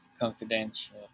confidential